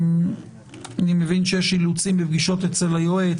אני מבין שיש אילוצים ופגישות אצל היועץ